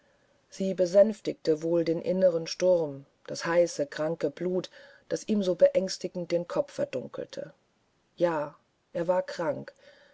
sie sänftigte wohl den inneren sturm das heiße kranke blut das ihm so beängstigend den kopf verdunkelte ja er war krank